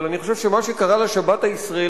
אבל אני חושב שמה שקרה לשבת הישראלית